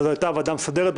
זו הייתה הוועדה המסדרת,